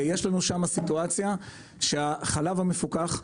יש שם סיטואציה שהחלב המפוקח,